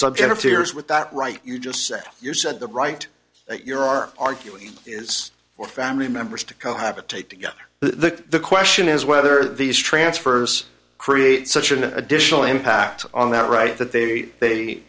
tears with that right you just said you said the right that your are arguing is for family members to cohabitate together the question is whether these transfers create such an additional impact on that right that they